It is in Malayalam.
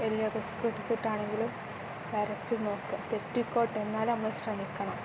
വലിയ റിസ്ക് എടുത്തിട്ടാണെങ്കിലും വരച്ചു നോക്കുക തെറ്റിക്കോട്ടെ എന്നാലും നമ്മൾ ശ്രമിക്കണം